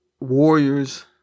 warriors